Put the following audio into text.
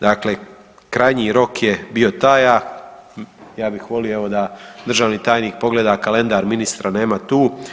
Dakle, krajnji rok je bio taj a ja bih volio evo da državni tajnik pogleda kalendar, ministra nema tu.